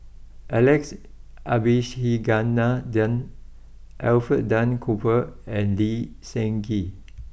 Alex Abisheganaden Alfred Duff Cooper and Lee Seng Gee